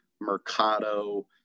Mercado